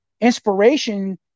inspiration